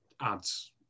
ads